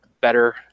better